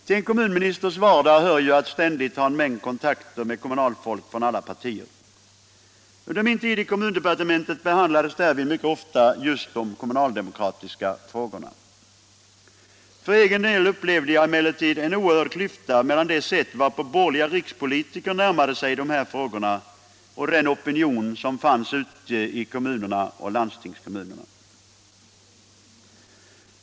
Till en kommunministers vardag hör att ständigt ha en mängd kon takter med kommunalfolk från alla partier. Under min tid i kommundepartementet behandlades därvid mycket ofta just de kommunaldemokratiska frågorna. För egen del upplevde jag emellertid en oerhörd klyfta mellan det sätt varpå borgerliga rikspolitiker närmade sig de här frågorna och den opinion som fanns ute i kommunerna och landstingskommunerna.